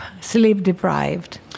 sleep-deprived